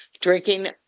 Drinking